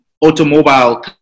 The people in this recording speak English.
automobile